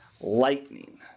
Lightning